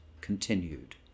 continued